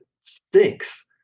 stinks